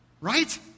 Right